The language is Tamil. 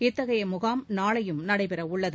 இத்தகைய முகாம் நாளையும் நடைபெறவுள்ளது